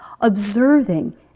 observing